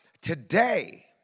today